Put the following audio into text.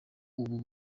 ubu